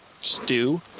stew